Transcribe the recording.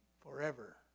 forever